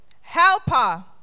helper